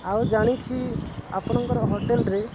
ଆଉ ଜାଣିଛି ଆପଣଙ୍କର ହୋଟେଲରେ